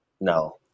No